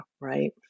right